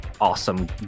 awesome